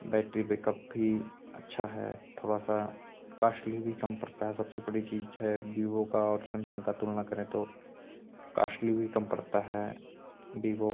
battery backup भी अच्छा है थोड़ा सा कॉस्ट्ली भी कम पड़ता है सबसे बड़ी चीज है बिबो का और सेमसंग का तुलना करें तो कॉस्ट्ली भी कम पड़ता है बिबो